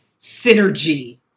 synergy